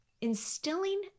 instilling